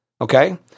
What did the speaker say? okay